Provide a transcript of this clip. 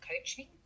coaching